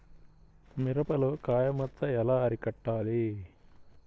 మిరపలో కాయ మచ్చ ఎలా అరికట్టాలి?